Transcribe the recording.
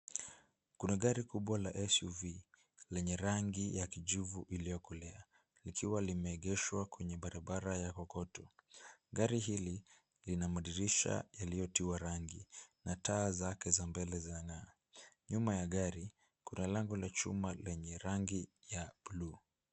Kuna gari kubwa la SUV lenye rangi ya kijivu iliyokolea likiwa limeegeshwa kwenye barabara ya kokoto. Gari hili lina madirisha yaliyotiwa rangi na taa zake za mbele zang'aa. Nyuma ya gari kuna lango la chuma lenye rangi ya bluu.